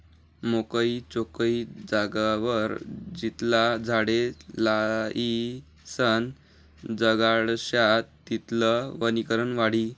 मोकयी चोकयी जागावर जितला झाडे लायीसन जगाडश्यात तितलं वनीकरण वाढी